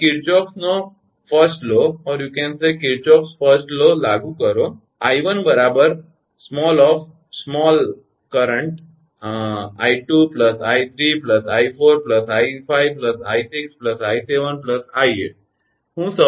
તમે કિર્ચોફનો પહેલો નિયમKirchhoff's first law લાગુ કરો 𝐼1 𝑖2 𝑖3 𝑖4 𝑖5 𝑖6 𝑖7 𝑖8